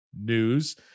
news